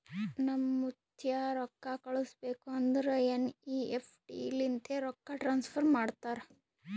ನಮ್ ಮುತ್ತ್ಯಾ ರೊಕ್ಕಾ ಕಳುಸ್ಬೇಕ್ ಅಂದುರ್ ಎನ್.ಈ.ಎಫ್.ಟಿ ಲಿಂತೆ ರೊಕ್ಕಾ ಟ್ರಾನ್ಸಫರ್ ಮಾಡ್ತಾರ್